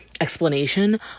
explanation